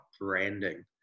branding